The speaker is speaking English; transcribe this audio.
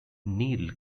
neil